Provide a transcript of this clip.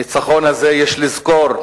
הניצחון הזה, יש לזכור,